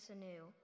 anew